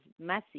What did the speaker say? messy